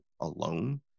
alone